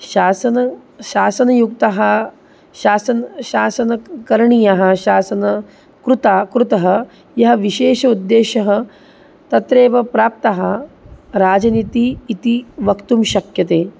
शासनं शासनयुक्तः शासनं शासनं करणीयः शासनं कृता कृतः यः विशेषः उद्देशः तत्रैव प्राप्तः राजनीतिः इति वक्तुं शक्यते